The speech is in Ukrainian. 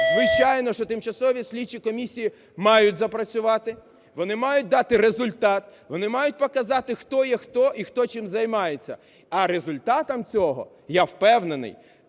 Звичайно, що тимчасові слідчі комісії мають запрацювати. Вони мають дати результат. Вони мають показати, хто є хто і хто чим займається. А результатом цього, я впевнений,